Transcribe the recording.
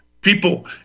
people